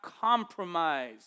compromise